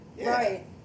Right